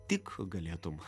tik galėtum